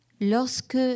lorsque